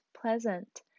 pleasant